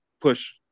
push